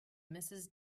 mrs